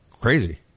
crazy